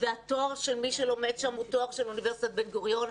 והתואר של מי שלומד שם הוא תואר של אוניברסיטת בן גוריון.